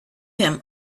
him